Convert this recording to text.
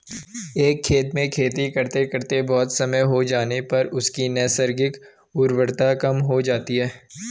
एक खेत में खेती करते करते बहुत समय हो जाने पर उसकी नैसर्गिक उर्वरता कम हो जाती है